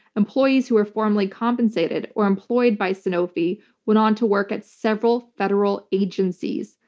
employees who are formally compensated or employed by sanofi went on to work at several federal agencies,